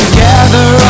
gather